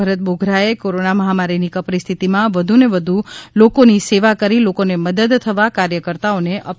ભરત બોઘરાએ કોરોના મહામારીની કપરી સ્થિતિમાં વધુને વધુ લોકોની સેવા કરી લોકોને મદદ થવા કાર્યકર્તાઓને અપીલ કરી હતી